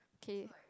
okay